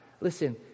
Listen